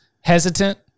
hesitant